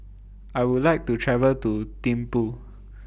I Would like to travel to Thimphu